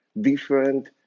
different